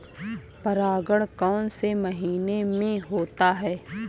परागण कौन से महीने में होता है?